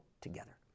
together